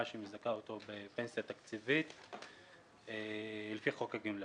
שמזכה אותו בפנסיה תקציבית לפי חוק הגמלאות.